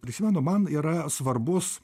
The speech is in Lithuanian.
prisimenu man yra svarbus